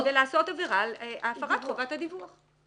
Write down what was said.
ולעשות עבירה על הפרת חובת הדיווח.